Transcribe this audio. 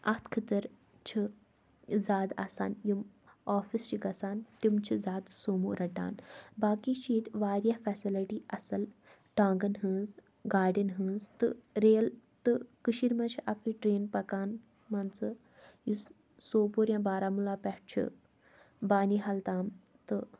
اَتھ خٲطر چھِ زیادٕ آسان یِم آفِس چھِ گَژھان تِم چھِ زیادٕ سومو رَٹان باقٕے چھِ ییٚتہِ وارِیاہ فٮ۪سَلٹی اَصٕل ٹانٛگَن ہٕنٛز گاڑٮ۪ن ہٕنٛز تہٕ ریل تہٕ کٔشیٖر منٛز چھِ اَکٕے ٹرٛین پَکان مان ژٕ یُس سوپور یا بارہمولہ پٮ۪ٹھ چھِ بانی حال تام تہٕ